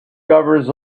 governs